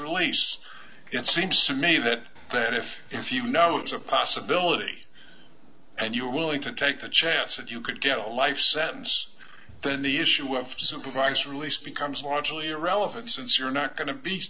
release it seems to me that that if if you know it's a possibility and you're willing to take the chance that you could get a life sentence then the issue of supervised release becomes largely irrelevant since you're not going to be